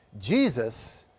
Jesus